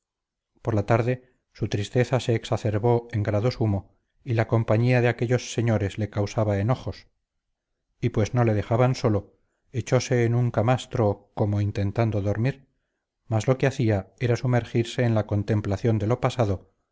por la tarde su tristeza se exacerbó en grado sumo y la compañía de aquellos señores le causaba enojos y pues no le dejaban solo echose en un camastro como intentando dormir mas lo que hacía era sumergirse en la contemplación de lo pasado